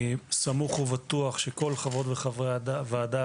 אני סמוך ובטוח שכל חברות וחברי הוועדה,